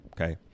okay